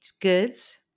goods